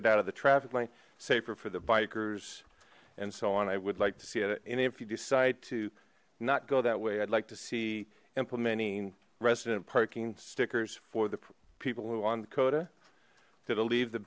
it out of the traffic lane safer for the bikers and so on i would like to see that if you decide to not go that way i'd like to see implementing resident parking stickers for the people who on dakota that'll leave the